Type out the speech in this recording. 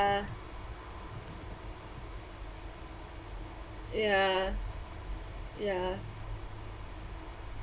ya ya